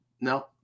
No